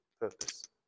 purpose